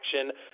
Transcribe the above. action